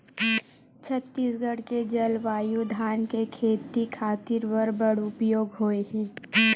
छत्तीसगढ़ के जलवायु धान के खेती खातिर बर बड़ उपयोगी हे